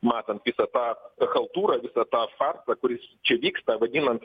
matant visą tą chaltūrą visą tą farsą kuris čia vyksta vadinant